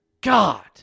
God